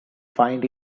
find